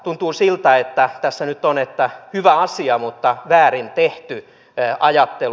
tuntuu siltä että tässä nyt on hyvä asia mutta väärin tehty ajattelu